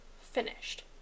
finished